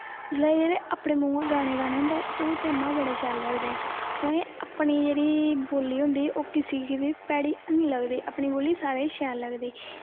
जिसलै अपने मूंहा दा गाने गाने होंदे ओह् ते बड़े शैल लगदे क्योंकि अपनी जेह्ड़ी बोल्ली होंदी ओह् किसे गी बी भैड़ी निं लगदी अपनी बोली सारें गी शैल लगदी